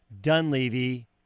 Dunleavy